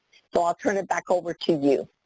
so i'll turn it back over to you.